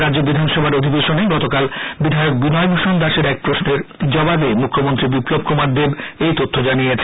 রাজ্য বিধানসভার অধিবেশনে গতকাল বিধায়ক বিনয় ভূষণ দাসের এক প্রশ্নের জবাবে মুখ্যমন্ত্রী বিপ্লব কুমার দেব এই তথ্য জানিয়েছেন